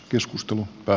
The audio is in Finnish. keskusta mutta